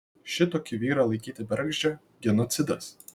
šitokį vyrą laikyti bergždžią genocidas